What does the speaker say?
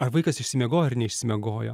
ar vaikas išsimiegojo ar neišsimiegojo